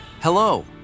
Hello